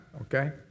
okay